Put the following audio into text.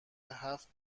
هفت